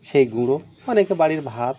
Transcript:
সেই গুঁড়ো অনেকে বাড়ির ভাত